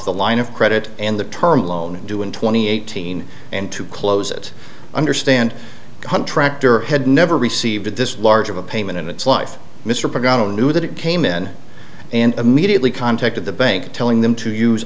the line of credit and the term loan due in twenty eighteen and to close it understand contractor had never received this large of a payment in its life mr program knew that it came in and immediately contacted the bank telling them to use